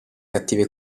cattive